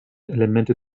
elemente